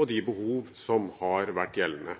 og de behov som har vært gjeldende.